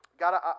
God